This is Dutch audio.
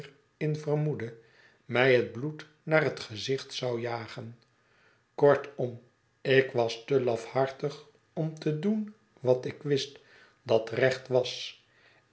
in vermoedde mij het bloed naar het gezicht zou jagen kortom ik was te lafhartig om te doen wat ik wist dat recht was